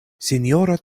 sinjoro